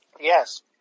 Yes